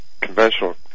conventional